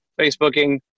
Facebooking